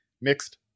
mixed